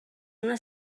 una